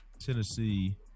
Tennessee